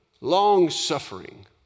Long-suffering